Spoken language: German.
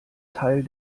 teil